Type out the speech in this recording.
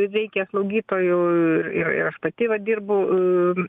reikia slaugytojų ir ir aš pati va dirbu